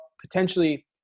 potentially